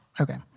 Okay